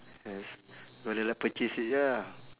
yes got to like purchase it ya